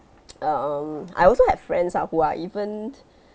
um I also have friends lah who are even